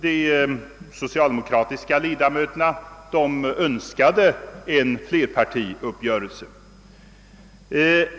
De socialdemokratiska ledamöterna önskade en flerpartiuppgörelse.